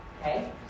Okay